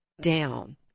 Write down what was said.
down